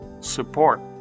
support